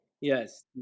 Yes